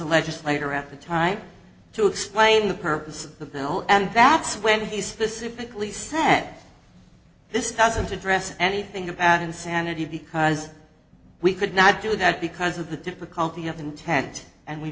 a legislator at the time to explain the purpose of the bill and that's when he specifically said this doesn't address anything about insanity because we could not do that because of the difficulty of intent and we